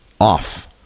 off